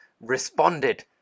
responded